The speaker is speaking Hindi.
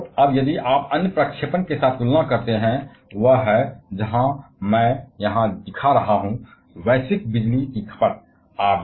और अब यदि आप अन्य प्रक्षेपण के साथ तुलना करते हैं वह यह है जहां मैं यहां वैश्विक बिजली की खपत दिखा रहा हूं